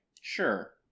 Sure